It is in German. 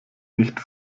nicht